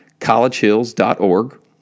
collegehills.org